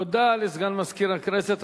תודה לסגן מזכירת הכנסת.